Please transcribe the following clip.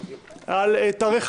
אין נמנעים.